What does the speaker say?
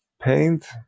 paint